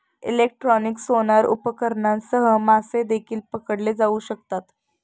electronic sonar उपकरणांसह मासे देखील पकडले जाऊ शकतात